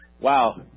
Wow